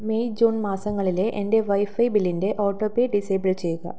May June മാസങ്ങളിലെ എൻ്റെ wifi ബില്ലിൻ്റെ ഓട്ടോ പേ ഡിസേബിൾ ചെയ്യുക